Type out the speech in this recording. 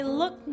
look